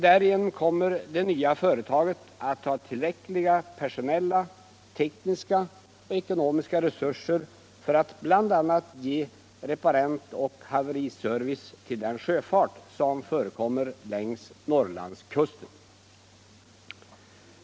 Därigenom kommer det nya företaget att ha tillräckliga personella, tekniska och ckonomiska resurser för att bl.a. ge reparentoch haveriservice till den sjöfart som förekommer längs Norrlandskusten.